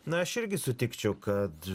na aš irgi sutikčiau kad